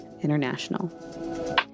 International